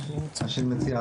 מה שאני מציע,